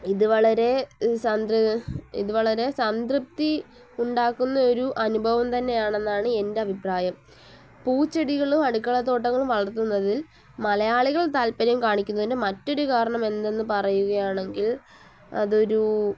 ഇത് വളരെ ഇത് വളരെ സംതൃപ്തി ഉണ്ടാക്കുന്ന ഒരു അനുഭവം തന്നെയാണെന്നാണ് എൻ്റെ അഭിപ്രായം പൂച്ചെടികളും അടുക്കളത്തോട്ടങ്ങളും വളർത്തുന്നതിൽ മലയാളികൾ താല്പര്യം കാണിക്കുന്നതിൻ്റെ മറ്റൊരു കാരണം എന്തെന്ന് പറയുകയാണെങ്കിൽ അതൊരു